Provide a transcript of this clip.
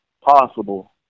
Possible